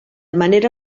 manera